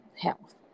health